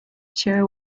chair